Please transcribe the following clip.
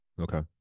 okay